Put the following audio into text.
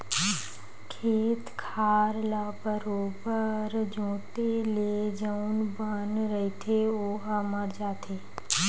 खेत खार ल बरोबर जोंते ले जउन बन रहिथे ओहा मर जाथे